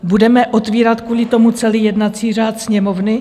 Budeme otvírat kvůli tomu celý jednací řád Sněmovny?